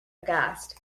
aghast